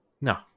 No